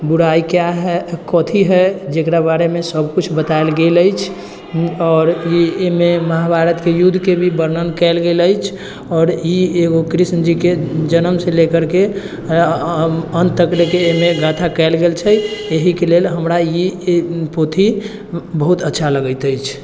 बुराइ क्या हय कथि हय जकरा बारेमे सबकुछ बतैल गेल अछि आओर ई अयमे महाभारतके युद्धके भी वर्णन कयल गेल अछि आओर ई एगो कृष्ण जीके जन्मसँ लेकरके अऽ अन्त तक लेके गाथा कयल गेल छै अहिके लेल हमरा ई ई पोथी बहुत अच्छा लगैत अछि